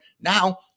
Now